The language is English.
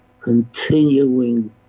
continuing